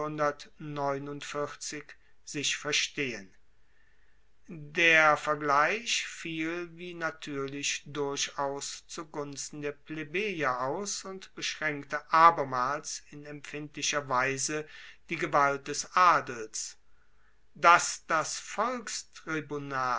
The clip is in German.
sich verstehen der vergleich fiel wie natuerlich durchaus zu gunsten der plebejer aus und beschraenkte abermals in empfindlicher weise die gewalt des adels dass das